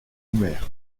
doumer